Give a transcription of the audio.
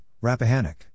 Rappahannock